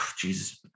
Jesus